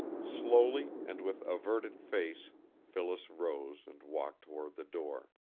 slowly and with averted face phyllis rose and walked toward the door.